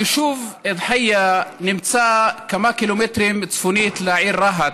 היישוב א-דחייה נמצא כמה קילומטרים צפונית לעיר רהט,